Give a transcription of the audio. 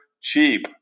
cheap